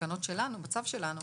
בתקנות שלנו, בצו שלנו,